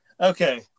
Okay